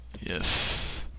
Yes